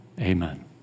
Amen